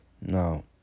Now